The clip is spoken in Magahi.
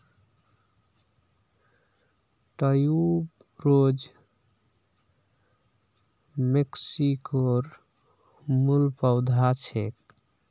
ट्यूबरोज मेक्सिकोर मूल पौधा छेक